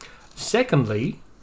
Secondly